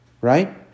Right